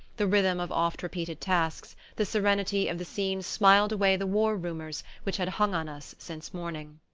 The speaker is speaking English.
the rhythm of oft-repeated tasks, the serenity of the scene smiled away the war rumours which had hung on us since morning.